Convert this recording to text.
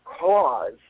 cause